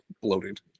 bloated